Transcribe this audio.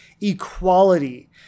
equality